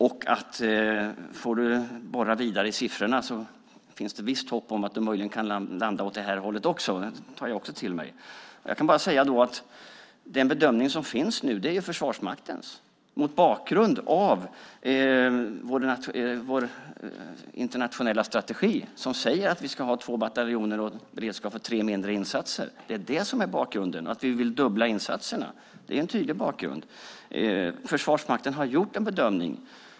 Om du får borra vidare i siffrorna finns det visst hopp om att du möjligen kan landa åt det här hållet också. Det tar jag också till mig. Jag kan bara säga att den bedömning som finns nu är Försvarsmaktens, mot bakgrund av vår internationella strategi som säger att vi ska ha två bataljoner och beredskap för tre mindre insatser. Det är detta som är bakgrunden. Vi vill också dubbla insatserna. Det är en tydlig bakgrund. Försvarsmakten har gjort en bedömning.